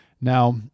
Now